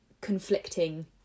conflicting